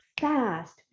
fast